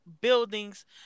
buildings